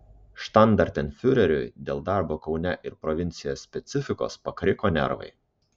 štandartenfiureriui dėl darbo kaune ir provincijoje specifikos pakriko nervai